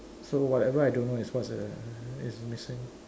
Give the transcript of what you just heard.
so whatever I don't know is what's uh is missing